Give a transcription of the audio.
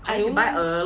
!aiyo!